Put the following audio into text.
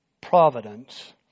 providence